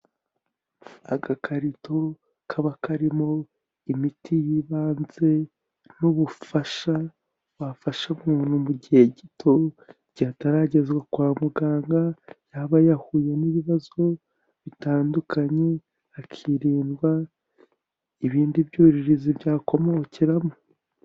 Agakarito kaba karimo imiti y'ibanze n'ubufasha bafasha umuntu mu gihe gito igihe ataragezwa kwa muganga, yaba yahuye n'ibibazo bitandukanye hakirindwa ibindi byuririzi byakomokeramo.